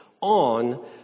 on